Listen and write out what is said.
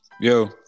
Yo